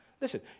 Listen